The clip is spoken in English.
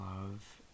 love